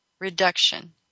reduction